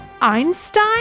Einstein